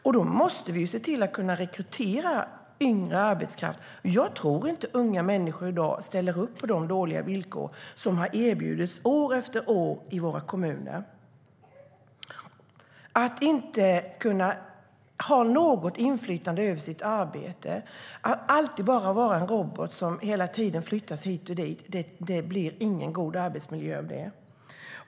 Därför måste vi se till att rekrytera yngre arbetskraft. Jag tror inte att unga människor i dag ställer upp på de dåliga villkor som har erbjudits år efter år i våra kommuner. Att inte ha något inflytande över sitt arbete, att alltid bara vara en robot som hela tiden flyttas hit och dit - det blir ingen god arbetsmiljö av det.